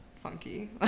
funky